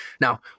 Now